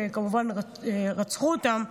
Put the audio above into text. שכמובן רצחו אותם.